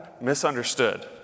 misunderstood